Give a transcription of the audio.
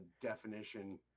definition